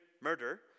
murder